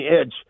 edge